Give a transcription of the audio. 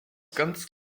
ganz